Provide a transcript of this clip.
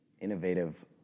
innovative